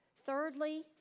Thirdly